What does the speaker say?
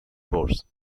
force